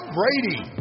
Brady